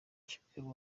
kimwe